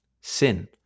Sin